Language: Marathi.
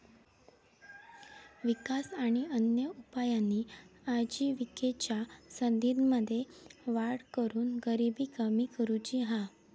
विकास आणि अन्य उपायांनी आजिविकेच्या संधींमध्ये वाढ करून गरिबी कमी करुची हा